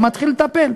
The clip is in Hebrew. אני מתחיל לטפל.